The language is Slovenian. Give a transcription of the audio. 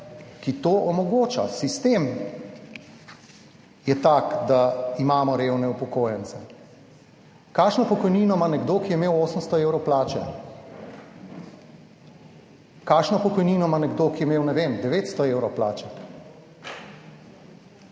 ki to omogoča. Sistem je tak, da imamo revne upokojence. Kakšno pokojnino ima nekdo, ki je imel 800 evrov plače? Kakšno pokojnino ima nekdo, ki je imel, ne vem, 900 evrov plače?